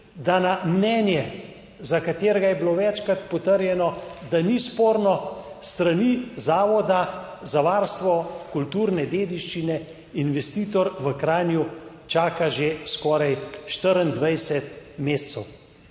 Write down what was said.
da na mnenje, za katerega je bilo večkrat potrjeno, da ni sporno s strani Zavoda za varstvo kulturne dediščine, investitor v Kranju čaka že skoraj 24 mesecev,